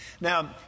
Now